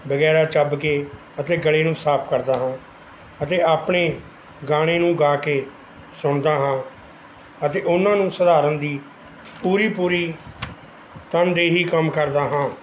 ਵਗੈਰਾ ਚੱਬ ਕੇ ਅਤੇ ਗਲੇ ਨੂੰ ਸਾਫ਼ ਕਰਦਾ ਹਾਂ ਅਤੇ ਆਪਣੇ ਗਾਣੇ ਨੂੰ ਗਾ ਕੇ ਸੁਣਦਾ ਹਾਂ ਅਤੇ ਉਹਨਾਂ ਨੂੰ ਸੁਧਾਰਨ ਦੀ ਪੂਰੀ ਪੂਰੀ ਤਨਦੇਹੀ ਕੰਮ ਕਰਦਾ ਹਾਂ